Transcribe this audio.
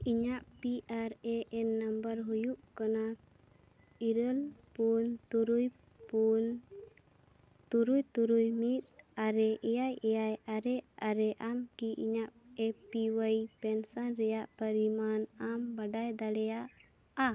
ᱤᱧᱟᱹᱜ P R A N number ᱦᱩᱭᱩᱜ ᱠᱟᱱᱟ ᱤᱨᱟᱹᱞ ᱯᱩᱱ ᱛᱩᱨᱩᱭ ᱯᱩᱱ ᱛᱩᱨᱩᱭ ᱛᱩᱨᱩᱭ ᱢᱤᱫ ᱟᱨᱮ ᱮᱭᱟᱭ ᱮᱭᱟᱭ ᱟᱨᱮ ᱟᱨᱮ ᱟᱢ ᱠᱤ ᱤᱧᱟᱹᱜ ᱮ ᱯᱤ ᱚᱣᱟᱭ ᱯᱮᱱᱥᱚᱱ ᱨᱮᱱᱟᱜ ᱯᱚᱨᱤᱢᱟᱱ ᱟᱢ ᱵᱟᱰᱟᱭ ᱫᱟᱲᱮᱭᱟᱜᱼᱟ